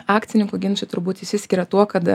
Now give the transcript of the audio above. akcininkų ginčai turbūt išsiskiria tuo kada